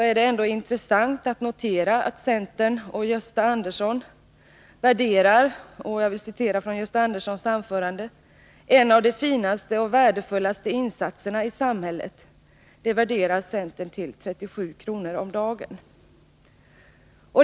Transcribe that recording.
är det intressant att notera att centern och Gösta Andersson värderar — jag vill citera från Gösta Anderssons anförande — ”en av de finaste och värdefullaste insatserna i samhället” till 37 kr. om dagen!